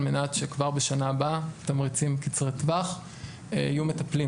על מנת שכבר בשנה הבאה יהיו תמריצים קצרי טווח ויהיו מטפלים